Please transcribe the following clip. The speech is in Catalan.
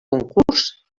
concurs